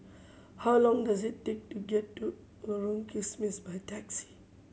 how long does it take to get to Lorong Kismis by taxi